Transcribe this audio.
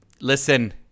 listen